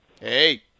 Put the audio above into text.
Hey